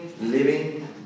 living